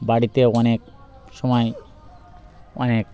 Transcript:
বাড়িতে অনেক সময় অনেক